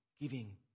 giving